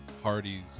hardy's